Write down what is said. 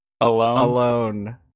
alone